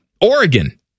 Oregon